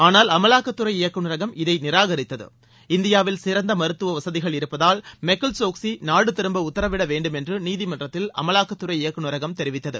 ஆனால் அமலாக்கத்துறை இயக்குநரகம் இதை நிராகரித்தது இந்தியாவில் சிறந்த மருத்துவ வசதிகள் இருப்பதால் மெகுல் சோக்ஸி நாடு திரும்ப உத்தரவிட வேண்டும் என்று நீதிமன்றத்தில் அமலாக்கத்துறை இயக்குநரகம் தெரிவித்தது